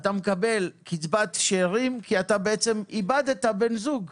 אתה מקבל קצבת שארים כי אתה בעצם איבדת בן זוג.